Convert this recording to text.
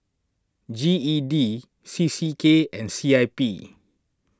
G E D C C K and C I P